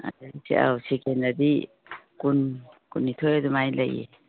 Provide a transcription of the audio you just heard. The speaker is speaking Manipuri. ꯑꯧ ꯁꯦꯀꯦꯟꯗꯗꯤ ꯀꯨꯟ ꯀꯨꯟꯅꯤꯊꯣꯏ ꯑꯗꯨꯃꯥꯏꯅ ꯂꯩꯌꯦ